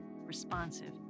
responsive